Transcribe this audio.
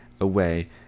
Away